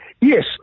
Yes